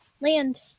land